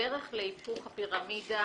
הדרך להיפוך הפירמידה